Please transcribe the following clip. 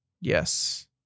Yes